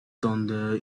thunder